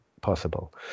possible